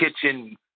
kitchen